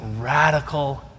radical